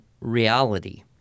reality